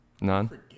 None